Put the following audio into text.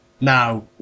now